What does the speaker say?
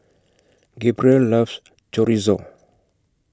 Gabrielle loves Chorizo